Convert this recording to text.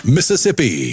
Mississippi